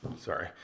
sorry